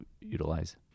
utilize